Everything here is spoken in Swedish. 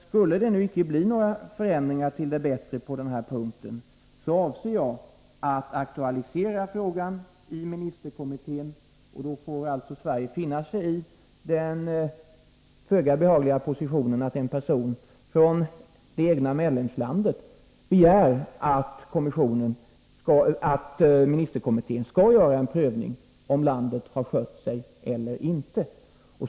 Skulle det inte bli några förändringar till det bättre på den här punkten, avser jag att aktualisera frågan i ministerkommittén, och då får Sverige finna sig i den föga behagliga situationen att en person från det egna medlemslandet begär att ministerkommittén skall göra en prövning om landet har skött sig eller inte.